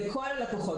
לכל הלקוחות.